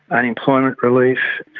unemployment relief,